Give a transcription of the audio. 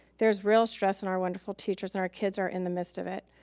there's real stress and our wonderful teachers and our kids are in the midst of it.